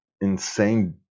insane